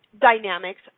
dynamics